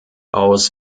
aus